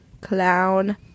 clown